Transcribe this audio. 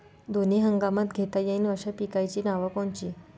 दोनी हंगामात घेता येईन अशा पिकाइची नावं कोनची?